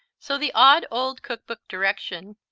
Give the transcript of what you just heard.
so the odd old cookbook direction,